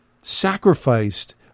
sacrificed